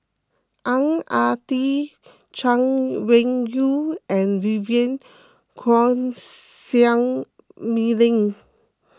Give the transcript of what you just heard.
Ang Ah Tee Chay Weng Yew and Vivien Quahe Seah Mei Lin